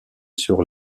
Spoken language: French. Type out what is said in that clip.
sur